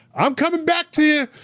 i'm coming back to you,